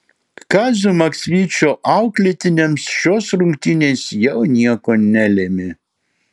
kazio maksvyčio auklėtiniams šios rungtynės jau nieko nelėmė